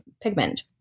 pigment